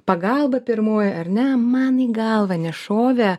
pagalba pirmoji ar ne man į galvą nešovė